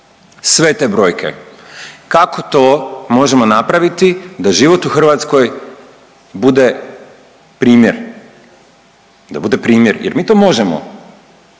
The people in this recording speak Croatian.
sve te brojke. Kako to možemo napraviti da život u Hrvatskoj bude primjer, da bude primjer jer mi to možemo.